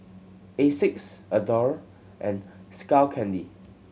Asics Adore and Skull Candy